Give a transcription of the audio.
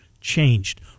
changed